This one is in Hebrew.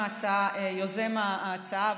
יוזם ההצעה,